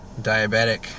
diabetic